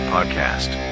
Podcast